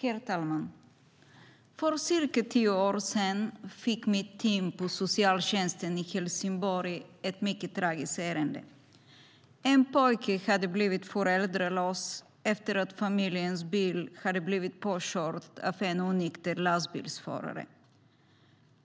Herr talman! För cirka tio år sedan fick mitt team på socialtjänsten i Helsingborg ett mycket tragiskt ärende. En pojke hade blivit föräldralös efter att familjens bil hade blivit påkörd av en onykter lastbilsförare.